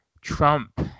Trump